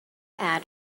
add